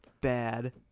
bad